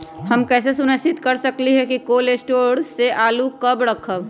हम कैसे सुनिश्चित कर सकली ह कि कोल शटोर से आलू कब रखब?